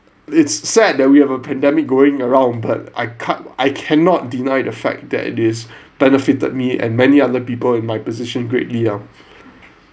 it's sad that we have a pandemic going around but I can't I cannot deny the fact that this benefited me and many other people in my position greatly ah